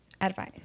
advice